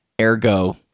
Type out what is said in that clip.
ergo